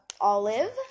Olive